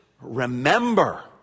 remember